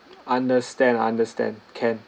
understand understand can